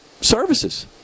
services